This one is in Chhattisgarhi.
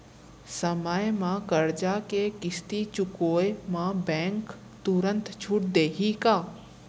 समय म करजा के किस्ती चुकोय म बैंक तुरंत छूट देहि का?